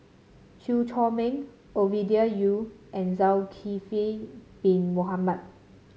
Chew Chor Meng Ovidia Yu and Zulkifli Bin Mohamed